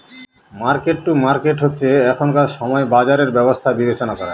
market to market হচ্ছে এখনকার সময় বাজারের ব্যবস্থা বিবেচনা করা